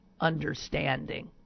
understanding